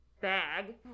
bag